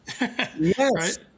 Yes